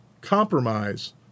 compromise